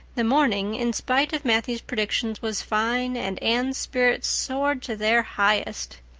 the morning, in spite of matthew's predictions, was fine and anne's spirits soared to their highest.